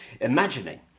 imagining